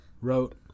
wrote